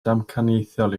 damcaniaethol